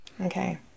Okay